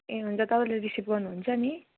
ए हुन्छ तपाईँले रिसिभ गर्नुहुन्छ नि